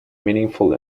meaningful